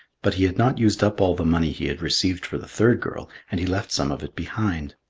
but he had not used up all the money he had received for the third girl, and he left some of it behind.